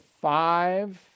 five